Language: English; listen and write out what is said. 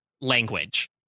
language